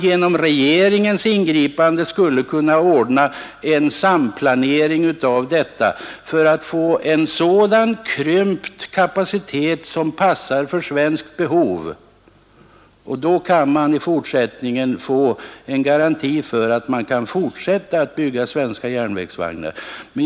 Genom regeringens ingripande skulle en samplanering av beställningarna kunna ordnas för att få tillverkningskapaciteten krympt så att den passar för svenskt behov. Detta skulle innebära en garanti för att man inom landet kan fortsätta att bygga järnvägsvagnar.